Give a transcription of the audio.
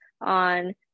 on